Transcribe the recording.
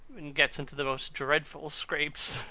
and gets into the most dreadful scrapes.